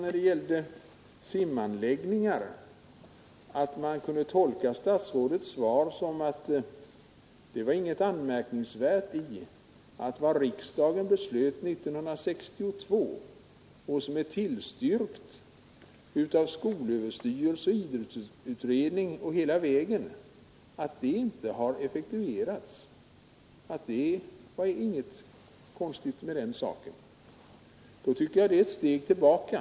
En annan allvarlig sak är att man kunde tolka statsrådets svar som om det inte vore något anmärkningsvärt att vad riksdagen beslutade 1962 beträffande simundervisningslokaler — vilket är tillstyrkt av skolöverstyrelsen, idrottsutredningen och andra berörda instanser — inte har effektuerats. Jag tycker det är ett steg tillbaka!